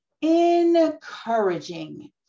encouraging